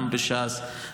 גם בש"ס,